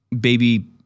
baby